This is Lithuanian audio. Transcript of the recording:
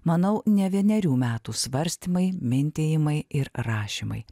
manau ne vienerių metų svarstymai mintijimai ir rašymai